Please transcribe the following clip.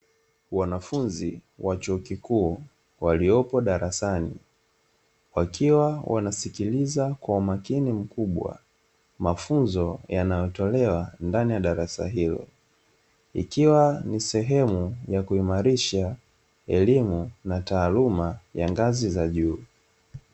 Wanafunzi wa chuo kikuu, waliopo darasani, wanasikiliza kwa umakini mkubwa mafunzo yanayotolewa ndani ya darasa hilo. Hii ni sehemu ya kuimarisha elimu na taaluma ya ngazi za juu.